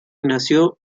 nació